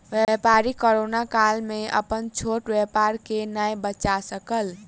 व्यापारी कोरोना काल में अपन छोट व्यापार के नै बचा सकल